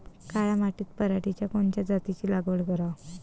काळ्या मातीत पराटीच्या कोनच्या जातीची लागवड कराव?